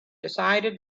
decided